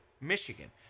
Michigan